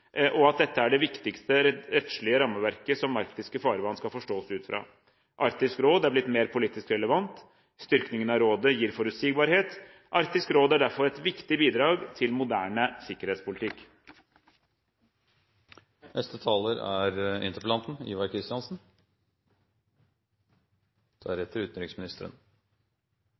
det viktigste rettslige rammeverket som arktiske farvann skal forstås ut fra. Arktisk råd er blitt mer politisk relevant. Styrkingen av rådet gir forutsigbarhet. Arktisk råd er derfor et viktig bidrag til moderne